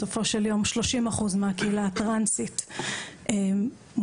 בסופו של יום 30% מהקהילה הטרנסית מובטלים,